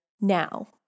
now